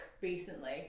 recently